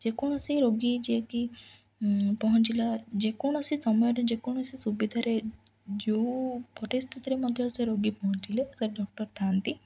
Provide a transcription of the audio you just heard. ଯେକୌଣସି ରୋଗୀ ଯିଏକି ପହଞ୍ଚିଲା ଯେକୌଣସି ସମୟରେ ଯେକୌଣସି ସୁବିଧାରେ ଯେଉଁ ପରିସ୍ଥିତିରେ ମଧ୍ୟ ସେ ରୋଗୀ ପହଞ୍ଚିଲେ ସେ ଡକ୍ଟର ଥାଆନ୍ତି